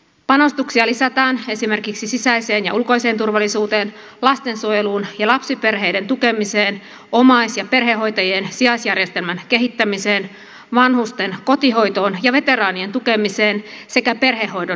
panostuksia lisätään esimerkiksi sisäiseen ja ulkoiseen turvallisuuteen lastensuojeluun ja lapsiperheiden tukemiseen omais ja perhehoitajien sijaisjärjestelmän kehittämiseen vanhusten kotihoitoon ja veteraanien tukemiseen sekä perhehoidon kehittämiseen